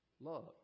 Love